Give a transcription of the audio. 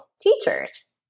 teachers